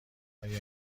آیا